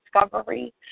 discovery